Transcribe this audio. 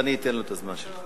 אני אתן לו את הזמן שלך.